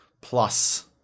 plus